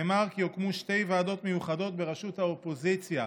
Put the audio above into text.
נאמר כי יוקמו שתי ועדות מיוחדות בראשות האופוזיציה